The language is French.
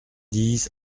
dix